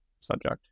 subject